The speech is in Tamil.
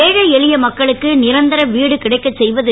ஏழை எளிய மக்களுக்கு நிரந்தர வீடு கிடைக்கச் செய்வது